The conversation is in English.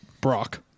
Brock